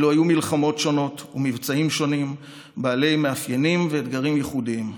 אלו היו מלחמות שונות ומבצעים שונים בעלי מאפיינים ואתגרים ייחודיים.